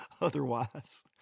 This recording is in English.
Otherwise